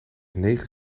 negen